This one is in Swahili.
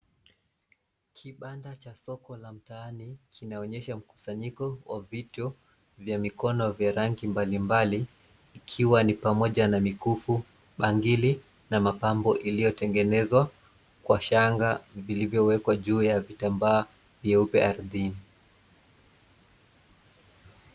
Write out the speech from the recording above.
Kibanda cha soko la mtaani kinaonyesha mkusanyiko wa vito vya mikono vya rangi mbalimbali ikiwa ni pamoja na mikufu, bangili, na mapambo iliyotengenezwa kwa shanga vilivyowekwa juu ya vitambaa vyeupe ardhini.